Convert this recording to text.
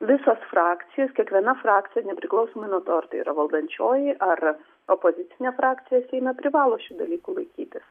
visos frakcijos kiekviena frakcija nepriklausomai nuo to ar tai yra valdančioji ar opozicinė frakcija seime privalo šių dalykų laikytis